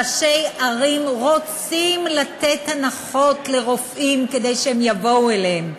ראשי ערים רוצים לתת הנחות לרופאים כדי שהם יבואו אליהם.